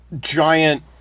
giant